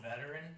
veteran